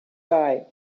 guy